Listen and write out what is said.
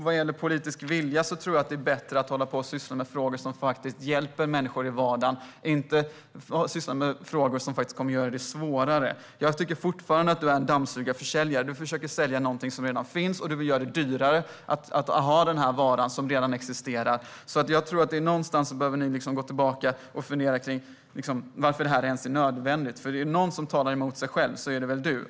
Vad gäller politisk vilja är det bättre att syssla med frågor som faktiskt hjälper människor i vardagen och inte syssla med frågor som kommer att göra det svårare. Jag tycker fortfarande att du är som en dammsugarförsäljare. Du försöker sälja någonting som redan finns. Du vill göra det dyrare att ha varan som redan existerar. Någonstans behöver ni gå tillbaka och fundera på varför detta ens är nödvändigt. Om det är någon som talar emot sig själv är det väl du.